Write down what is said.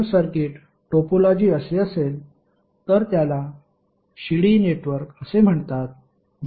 जर circuit topology अशी असेल तर त्याला शिडी नेटवर्क असे म्हणतात